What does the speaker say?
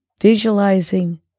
visualizing